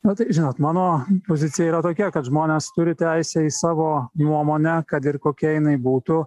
na tai žinot mano pozicija yra tokia kad žmonės turi teisę į savo nuomonę kad ir kokia jinai būtų